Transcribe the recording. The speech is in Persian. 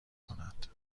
کند